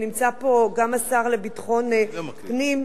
ונמצא פה גם השר לביטחון הפנים,